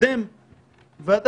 מה שמנוסח פה מתייחס לפונה.